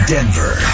Denver